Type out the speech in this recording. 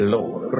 Lord